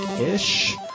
ish